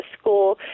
school